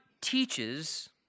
teaches